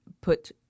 put